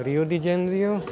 Rio de Janeiro